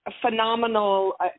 phenomenal